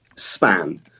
span